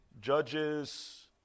Judges